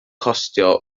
costio